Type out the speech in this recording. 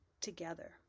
together